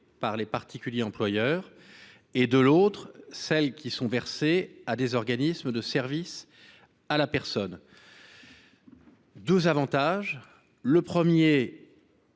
par des particuliers employeurs, et de l’autre, celles qui sont versées à des organismes de services à la personne. Cet amendement présente